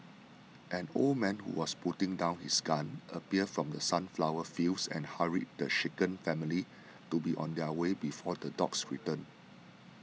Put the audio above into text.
an old man who was putting down his gun appeared from the sunflower fields and hurried the shaken family to be on their way before the dogs return